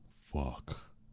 fuck